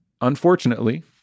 unfortunately